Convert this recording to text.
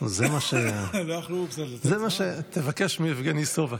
זה מה, תבקש מיבגני סובה,